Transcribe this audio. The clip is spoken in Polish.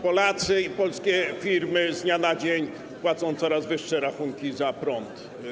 Polacy i polskie firmy z dnia na dzień płacą coraz wyższe rachunki za prąd.